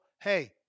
hey